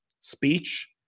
speech